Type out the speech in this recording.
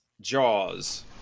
Jaws